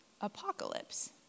apocalypse